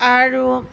আৰু